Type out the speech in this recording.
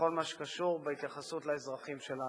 מה שקשור בהתייחסות לאזרחים שלה עצמה,